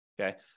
okay